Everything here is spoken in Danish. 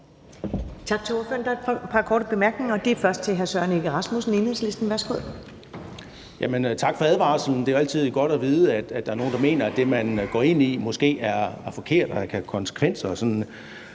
tak for advarslen – det er jo altid godt at vide, at der er nogen, der mener, at det, man går ind i, måske er forkert og kan have konsekvenser.